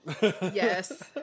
Yes